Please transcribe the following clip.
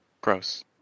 Gross